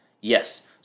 Yes